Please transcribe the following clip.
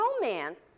Romance